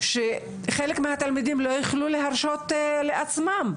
שחלק מהתלמידים לא יוכלו להרשות לעצמם.